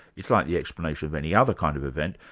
it's like the explanation of any other kind of event,